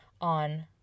on